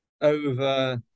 over